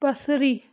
बसरी